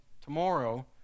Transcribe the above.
tomorrow